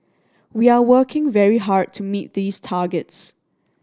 we are working very hard to meet these targets